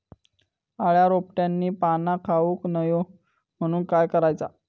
अळ्या रोपट्यांची पाना खाऊक नको म्हणून काय करायचा?